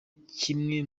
kimwe